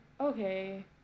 Okay